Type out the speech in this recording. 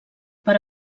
per